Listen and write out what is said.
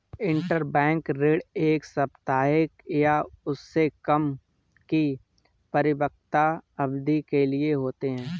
interbank ऋण एक सप्ताह या उससे कम की परिपक्वता अवधि के लिए होते हैं